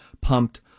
pumped